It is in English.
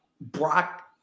Brock